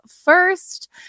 first